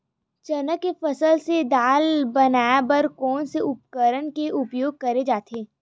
चना के फसल से दाल बनाये बर कोन से उपकरण के उपयोग करे जाथे?